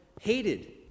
hated